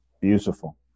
Beautiful